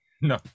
No